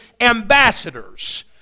ambassadors